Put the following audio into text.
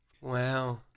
Wow